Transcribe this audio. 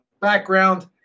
background